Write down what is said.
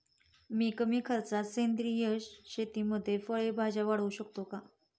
मी कमी खर्चात सेंद्रिय शेतीमध्ये फळे भाज्या वाढवू शकतो का?